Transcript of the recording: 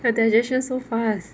the digestion so fast